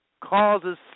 causes